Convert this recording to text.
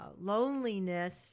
loneliness